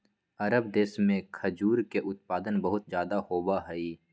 अरब देश में खजूर के उत्पादन बहुत ज्यादा होबा हई